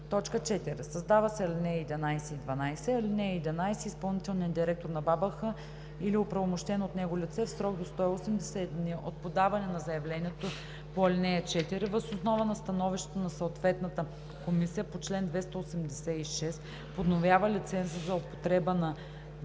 лице“. 4. Създават се ал. 11 и 12: „(11) Изпълнителният директор на БАБХ или оправомощено от него лице в срок до 180 дни от подаване на заявлението по ал. 4 въз основа на становището на съответната комисия по чл. 286 подновява лиценза за употреба на ВМП